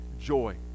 joy